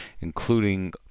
including